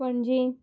Panaji